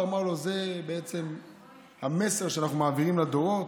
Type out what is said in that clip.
והוא ענה לו: זה המסר שאנחנו מעבירים לדורות,